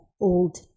Old